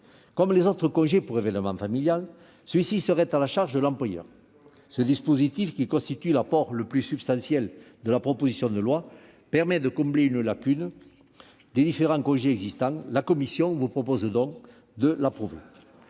Comme les autres congés pour événement familial, celui-ci serait à la charge de l'employeur. Ce dispositif, qui constitue l'apport le plus substantiel de la proposition de loi, permet de combler une lacune des différents congés existants. La commission vous propose donc de l'approuver.